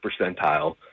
percentile